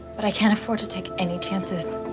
but i can't afford to take any chances